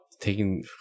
taking